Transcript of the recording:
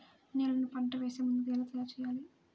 నేలను పంట వేసే ముందుగా ఎలా తయారుచేయాలి?